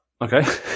Okay